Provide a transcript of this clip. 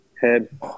head